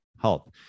health